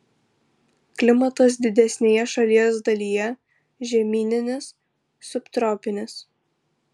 klimatas didesnėje šalies dalyje žemyninis subtropinis